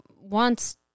wants